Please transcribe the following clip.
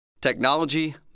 technology